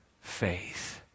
faith